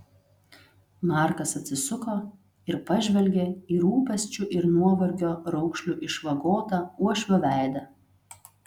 markas atsisuko ir pažvelgė į rūpesčių ir nuovargio raukšlių išvagotą uošvio veidą